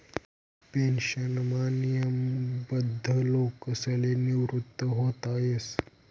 पेन्शनमा नियमबद्ध लोकसले निवृत व्हता येस